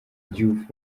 diouf